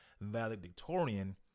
valedictorian